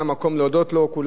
אבל אין מי שמודה לך.